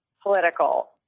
political